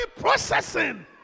processing